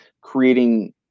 creating